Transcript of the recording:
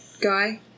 guy